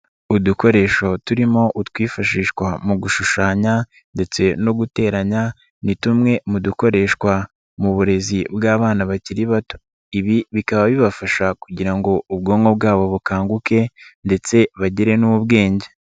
Udukoresho turimo utwifashishwa mu gushushanya ndetse no guteranya ni tumwe mu dukoreshwa mu burezi bw'abana bakiri bato, ibi bikaba bibafasha kugira ngo ubwonko bwabo bukanguke ndetse bagire n'ubwenge.